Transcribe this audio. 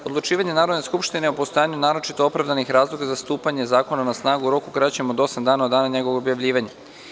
Odlučivanje Narodne skupštine o postojanju naročito opravdanih razloga za stupanje zakona na snagu u roku kraćem od osam dana od dana njegovog objavljivanja.